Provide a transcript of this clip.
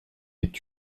est